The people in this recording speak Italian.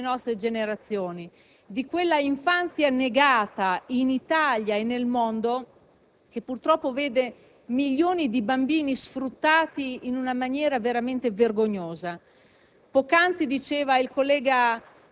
oggi parliamo del futuro delle nostre generazioni, di quell'infanzia negata in Italia e nel mondo, che purtroppo vede milioni di bambini sfruttati in maniera veramente vergognosa.